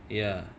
ya